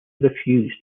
refuse